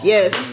Yes